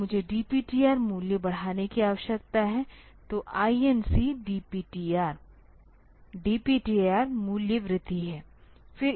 तो मुझे DPTR मूल्य बढ़ाने की आवश्यकता है तो INC DPTR DPTR मूल्य वृद्धि है